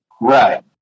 right